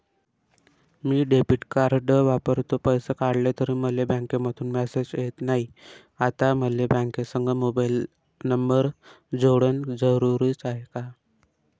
मी debit card वापरतो, पैसे काढले तरी मले बँकेमंधून मेसेज येत नाय, आता मले बँकेसंग मोबाईल नंबर जोडन जरुरीच हाय का?